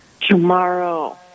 Tomorrow